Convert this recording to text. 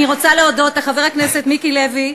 אני רוצה להודות לחבר הכנסת מיקי לוי,